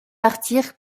partir